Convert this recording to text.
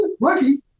lucky